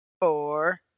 four